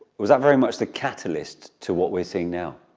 was that very much the catalyst to what we're seeing now?